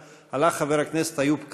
והלך חבר הכנסת איוב קרא,